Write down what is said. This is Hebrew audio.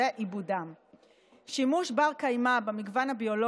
וזה גורם להם לא להתחסן,